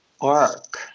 arc